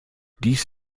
dies